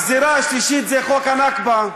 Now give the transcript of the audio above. הגזירה השלישית זה חוק הנכבה.